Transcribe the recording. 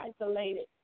isolated